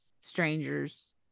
strangers